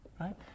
Right